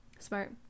Smart